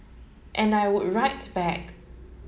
and I would write back